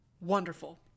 wonderful